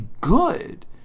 good